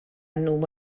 nhw